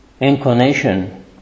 inclination